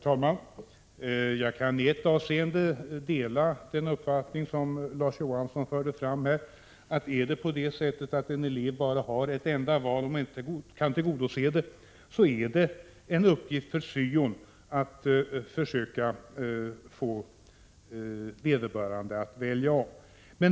Herr talman! Jag kan i ett avseende dela Larz Johanssons uppfattning: Om en elev bara har ett enda val och inte kan tillgodose detta, är det en uppgift för syo-konsulenten att försöka få vederbörande att välja om.